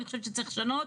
צריך שיהיה: